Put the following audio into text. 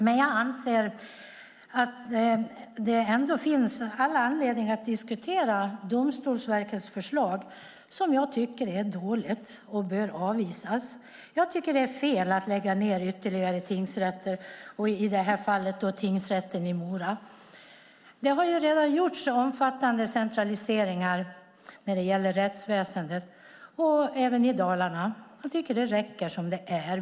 Men jag anser att det ändå finns all anledning att diskutera Domstolsverkets förslag, som jag tycker är dåligt och bör avvisas. Jag tycker att det är fel att lägga ned ytterligare tingsrätter, i det här fallet tingsrätten i Mora. Det har redan gjorts omfattande centraliseringar när det gäller rättsväsendet, även i Dalarna. Jag tycker att det räcker som det är.